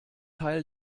teil